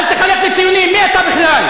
אל תחלק לי ציונים, מי אתה בכלל?